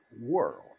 world